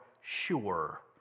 sure